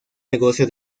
negocio